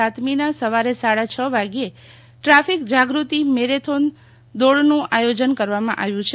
સાતમીના સવારે સાડા છ વાગ્ય ટ્રાફીક જાગૃતિ મેરેથોન દોડનું આયોજન કરવામં આવ્યું છે